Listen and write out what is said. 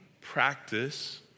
practice